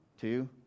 two